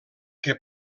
que